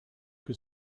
que